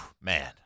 Man